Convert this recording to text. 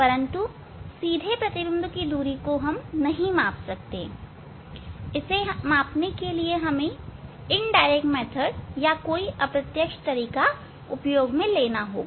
हम सीधे प्रतिबिंब दूरी को नहीं नाप सकते हमें अप्रत्यक्ष रूप से इसे मापना होगा